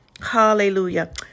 Hallelujah